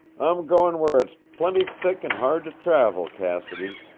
i'm going where it's plenty thick and hard to travel, cassidy.